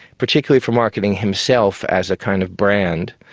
particularly for marketing himself as a kind of brand.